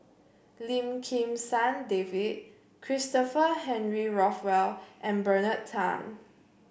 Lim Kim San David Christopher Henry Rothwell and Bernard Tan